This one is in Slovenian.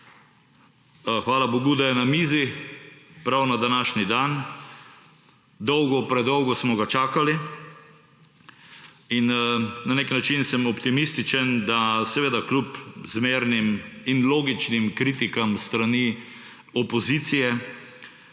Hvala bogu, da je na mizi prav na današnji dan; dolgo, predolgo smo ga čakali. Na nek način sem optimističen, da kljub zmernim in logičnim kritikam s strani opozicije